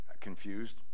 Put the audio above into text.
confused